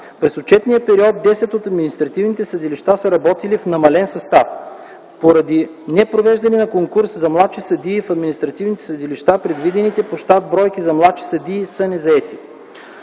През отчетния период десет от административните съдилища са работили в намален състав. Поради непровеждане на конкурс за младши съдии в административните съдилища, предвидените по щат бройки за младши съдии са незаети.